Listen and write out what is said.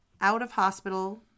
out-of-hospital